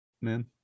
man